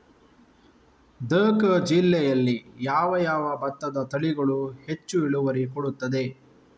ದ.ಕ ಜಿಲ್ಲೆಯಲ್ಲಿ ಯಾವ ಯಾವ ಭತ್ತದ ತಳಿಗಳು ಹೆಚ್ಚು ಇಳುವರಿ ಕೊಡುತ್ತದೆ?